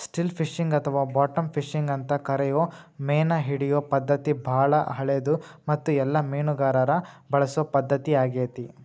still fishing ಅಥವಾ bottom fishing ಅಂತ ಕರಿಯೋ ಮೇನಹಿಡಿಯೋ ಪದ್ಧತಿ ಬಾಳ ಹಳೆದು ಮತ್ತು ಎಲ್ಲ ಮೇನುಗಾರರು ಬಳಸೊ ಪದ್ಧತಿ ಆಗೇತಿ